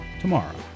tomorrow